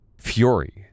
Fury